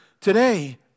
today